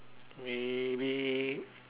maybe